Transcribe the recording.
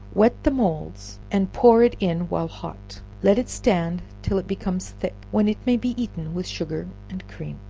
wet the moulds, and pour it in while hot let it stand till it becomes thick, when it may be eaten with sugar and cream,